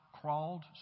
crawled